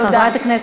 תודה.